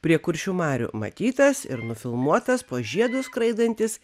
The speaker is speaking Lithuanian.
prie kuršių marių matytas ir nufilmuotas po žiedu skraidantis